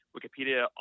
Wikipedia